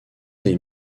des